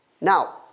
Now